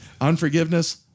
unforgiveness